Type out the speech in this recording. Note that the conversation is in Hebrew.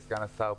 סגן השר,